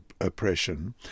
oppression